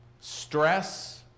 stress